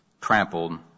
trampled